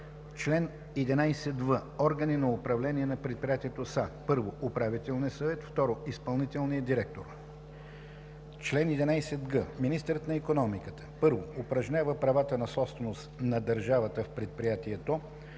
Чл. 11в. Органи на управление на предприятието са: 1. управителният съвет; 2. изпълнителният директор. Чл. 11г. Министърът на икономиката: 1. упражнява правата на собственост на държавата в предприятието;